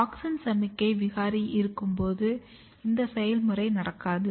auxin சமிக்ஞை விகாரி இருக்கும்போது இந்த செயல்முறை நடக்காது